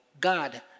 God